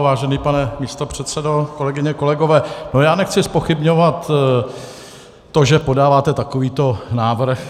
Vážený pane místopředsedo, kolegyně, kolegové, nechci zpochybňovat to, že podáváte takovýto návrh.